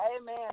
Amen